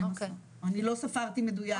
1. אני לא ספרתי מדויק.